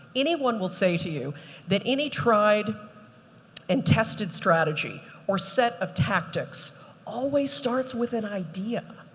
anyone will say to you that any tried and tested strategy or set of tactics always starts with an an idea,